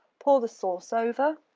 pour the sauce over.